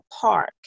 park